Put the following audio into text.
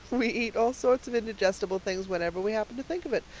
we eat all sorts of indigestible things whenever we happen to think of it,